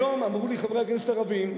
היום אמרו לי חברי הכנסת הערבים,